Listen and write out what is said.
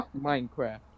Minecraft